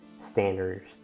standards